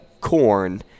corn